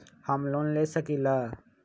हम लोन ले सकील?